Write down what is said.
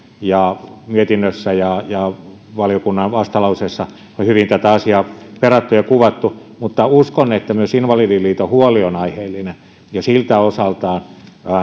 ja mietinnössä ja ja valiokunnan vastalauseessa on hyvin tätä asiaa perattu ja kuvattu mutta uskon että myös invalidiliiton huoli on aiheellinen ja siltä osaltaan